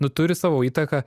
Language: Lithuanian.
nu turi savo įtaką